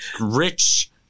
Rich